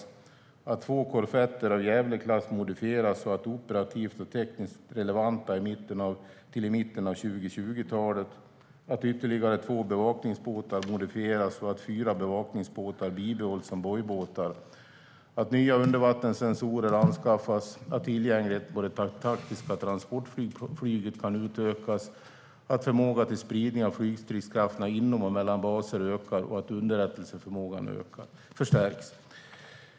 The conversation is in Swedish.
Vidare ska två korvetter av Gävleklass modifieras så att de är operativt och tekniskt relevanta till i mitten av 2020-talet, ytterligare två bevakningsbåtar modifieras så att fyra bevakningsbåtar bibehålls som bojbåtar och nya undervattensensorer anskaffas. Tillgängligheten på det taktiska transportflyget ska utökas, och förmågan till spridning av flygstridskrafterna inom och mellan baser ska också ökas. Slutligen ska underrättelseförmågan förstärkas.